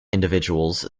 individuals